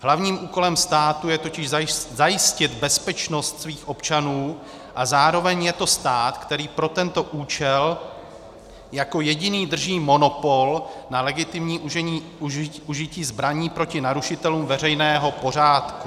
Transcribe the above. Hlavním úkolem státu je totiž zajistit bezpečnost svých občanů a zároveň je to stát, který pro tento účel jako jediný drží monopol na legitimní užití zbraní proti narušitelům veřejného pořádku.